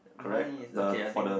mine is okay I think